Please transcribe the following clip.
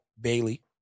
Bailey